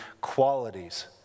qualities